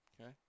Okay